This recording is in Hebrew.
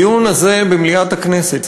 הדיון הזה במליאת הכנסת,